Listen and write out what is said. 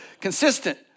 Consistent